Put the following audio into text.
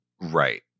Right